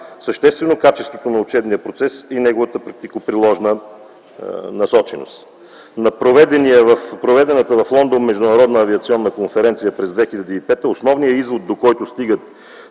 съществено качеството на учебния процес и неговата практико-приложна насоченост. На проведената в Лондон Международна авиационна конференция през 2005 г. основният извод, до който стигат